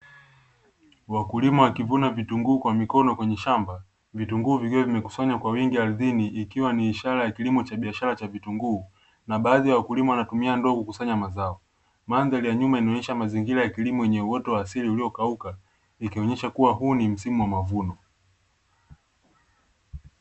Wakulima wakivuna vitunguu kwa mikono kwenye shamba, vitunguu vikiwa vimekusanywa kwa wingi ardhini, ikiwa ni ishara ya kilimo cha biashara cha vitunguu, na baadhi ya wakulima wana tumia ndoo kukusanya mazao, mandhari ya nyuma inaonyesha mazingira ya kilimo yenye uoto wa asili uliokauka ikionyesha kuwa huu ni msimu wa mavuno.